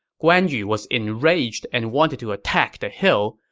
guan yu was enraged and wanted to attack the hill,